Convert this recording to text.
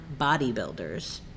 bodybuilders